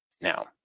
Now